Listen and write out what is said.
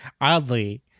Oddly